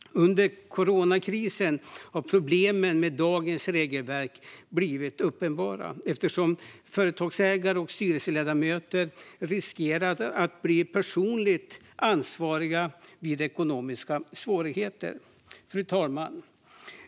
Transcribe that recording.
Under coronakrisen har problemen med dagens regelverk blivit uppenbara eftersom företagsägare och styrelseledamöter riskerar att bli personligt ansvariga vid ekonomiska svårigheter. Fru talman!